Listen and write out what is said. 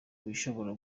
bishobora